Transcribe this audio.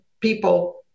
people